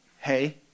hey